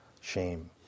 shame